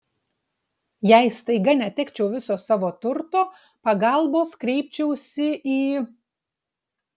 jei staiga netekčiau viso savo turto pagalbos kreipčiausi į